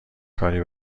کاری